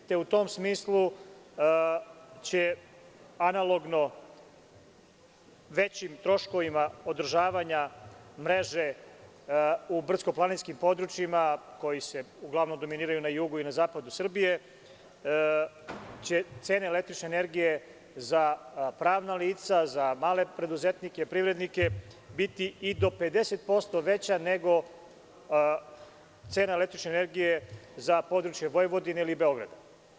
U tom smislu će analogno većim troškovima održavanja mreže u brdsko-planinskim područjima koji se uglavnom dominiraju na jugu i zapadu Srbije, će cena električne energije za pravna lica, za male preduzetnike, privrednike biti i do 50% veća nego cena električne energije za područje Vojvodine ili Beograda.